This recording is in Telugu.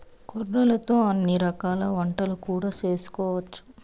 కొర్రలతో అన్ని రకాల వంటలు కూడా చేసుకోవచ్చు